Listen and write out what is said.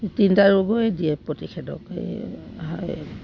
তিনিটা ৰোগেই দিয়ে প্ৰতিষেধক এই